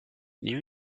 new